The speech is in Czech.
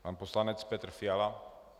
Pan poslanec Petr Fiala.